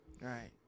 Right